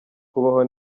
kubaho